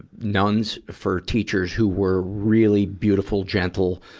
nuns for teachers who were really beautiful, gentle,